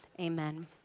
Amen